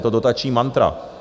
Je to dotační mantra.